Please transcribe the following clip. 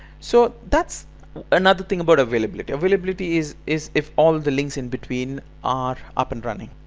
so thats another thing about availablility. availability is is if all the links in between are up and running!